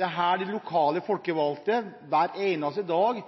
er her de lokale folkevalgte hver eneste dag